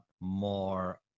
more